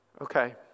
Okay